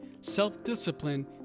self-discipline